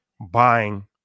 buying